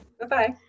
Bye-bye